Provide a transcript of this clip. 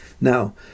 now